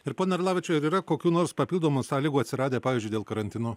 ir pone orlavičiau ar yra kokių nors papildomų sąlygų atsiradę pavyzdžiui dėl karantino